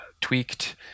tweaked